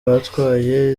batwaye